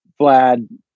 Vlad